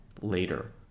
later